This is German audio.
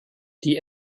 die